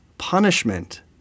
punishment